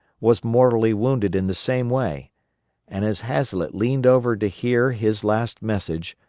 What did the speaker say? was mortally wounded in the same way and as hazlett leaned over to hear his last message,